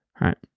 right